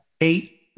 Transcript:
eight